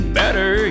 better